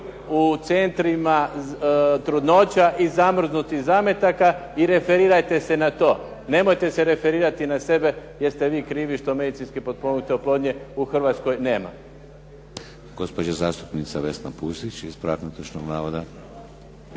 u centrima trudnoća i zamrznutih zametaka i referirajte se na to, nemojte se referirati na sebe jer ste vi krivi što medicinski potpomognute oplodnje u Hrvatskoj nema. **Šeks, Vladimir (HDZ)** Gospođa zastupnica Vesna Pusić ispravak netočnog navoda.